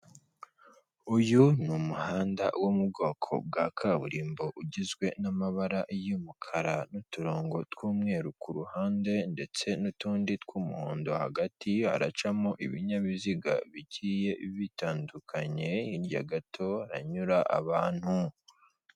Ibiti byiza bizana akayaga ndetse n'amahumbezi akazura abantu bicaramo bategereje imodoka ndetse n'imodoka y'ivaturi, umumotari ndetse n'indi modoka ibari imbere itwara imizigo.